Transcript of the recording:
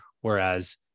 whereas